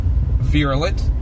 virulent